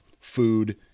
food